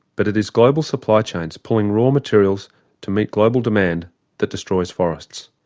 but it is global supply chains pulling raw materials to meet global demand that destroys forests.